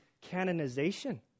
canonization